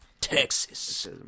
Texas